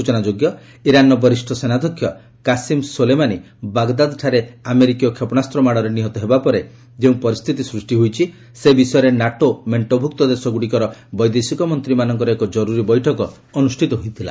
ସୂଚନା ଯୋଗ୍ୟ ଯେ ଇରାନର ବରିଷ୍ଠ ସେନାଧ୍ୟକ୍ଷ କାସିମ୍ ସୋଲେମାନି ବାଗଦାଦଠାରେ ଆମେରିକୀୟ କ୍ଷେପଶାସ୍ତ୍ର ମାଡ଼ରେ ନିହତ ହେବା ପରେ ଯେଉଁ ପରିସ୍ଥିତି ସୃଷ୍ଟି ହୋଇଛି ସେ ବିଷୟରେ ନାଟୋ ମେଣ୍ଟଭୁକ୍ତ ଦେଶଗୁଡ଼ିକର ବୈଦେଶିକ ମନ୍ତ୍ରୀମାନଙ୍କର ଏକ ଜରୁରି ବୈଠକ ଅନୁଷ୍ଠିତ ହୋଇଥିଲା